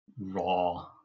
raw